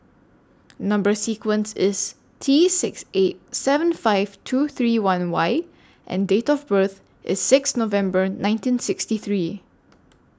Number sequence IS T six eight seven five two three one Y and Date of birth IS six November nineteen sixty three